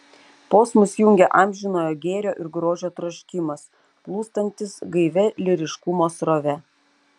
posmus jungia amžinojo gėrio ir grožio troškimas plūstantis gaivia lyriškumo srove